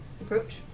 Approach